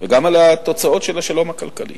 וגם על התוצאות של השלום הכלכלי,